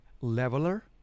leveler